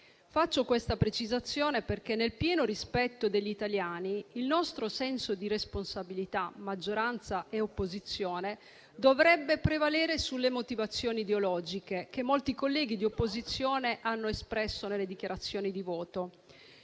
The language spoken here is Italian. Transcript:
Faccio questa precisazione perché, nel pieno rispetto degli italiani, il senso di responsabilità di maggioranza e opposizione dovrebbe prevalere sulle motivazioni ideologiche, che molti colleghi di opposizione hanno espresso nelle dichiarazioni di voto.